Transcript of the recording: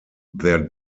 their